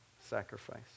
sacrifice